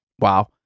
Wow